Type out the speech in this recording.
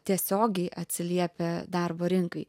tiesiogiai atsiliepia darbo rinkai